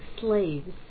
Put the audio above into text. slaves